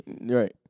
Right